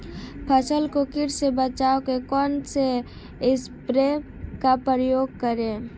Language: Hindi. फसल को कीट से बचाव के कौनसे स्प्रे का प्रयोग करें?